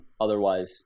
otherwise